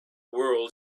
world